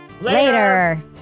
Later